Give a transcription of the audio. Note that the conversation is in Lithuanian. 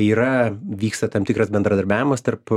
yra vyksta tam tikras bendradarbiavimas tarp